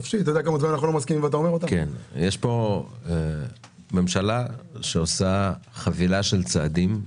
יש פה ממשלה שעושה חבילה של צעדים,